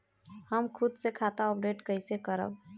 हम खुद से खाता अपडेट कइसे करब?